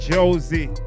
Josie